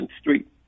Street